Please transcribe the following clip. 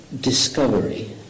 discovery